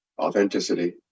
authenticity